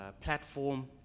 platform